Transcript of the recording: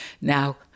Now